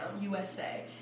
USA